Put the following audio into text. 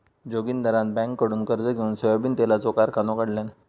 जोगिंदरान बँककडुन कर्ज घेउन सोयाबीन तेलाचो कारखानो काढल्यान